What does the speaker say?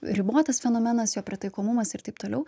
ribotas fenomenas jo pritaikomumas ir taip toliau